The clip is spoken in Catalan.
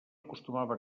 acostumava